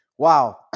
Wow